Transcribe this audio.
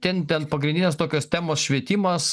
ten ten pagrindinės tokios temos švietimas